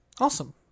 Awesome